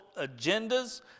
agendas